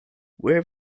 where